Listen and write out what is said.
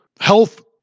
health